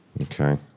Okay